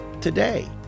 today